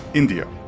india.